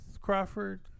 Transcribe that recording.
Crawford